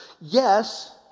yes